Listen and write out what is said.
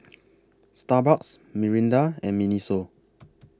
Starbucks Mirinda and Miniso